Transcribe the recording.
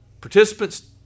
participants